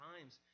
times